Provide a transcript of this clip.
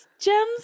gems